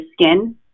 skin